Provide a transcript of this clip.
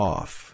Off